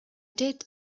did